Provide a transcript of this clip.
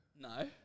No